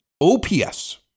OPS